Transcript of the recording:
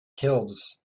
kills